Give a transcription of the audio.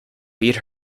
beat